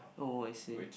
oh I see